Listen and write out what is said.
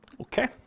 Okay